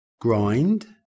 grind